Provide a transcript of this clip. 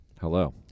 Hello